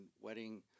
wedding